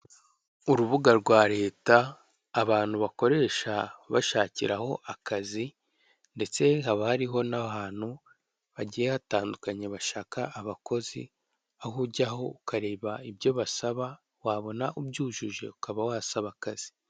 Urubuga rwa leta abantu bakoresha bashakiraho akazi ndetse haba hariho n'ahantu hagiye hatandukanye bashaka abakozi aho ujyaho ukareba ibyo basaba wabona ubyujuje ukaba wasaba akazi.